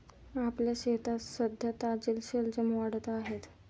आपल्या शेतात सध्या ताजे शलजम वाढत आहेत